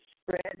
spread